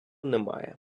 немає